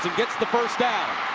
gets the first down.